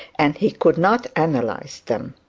and he could not analyse them.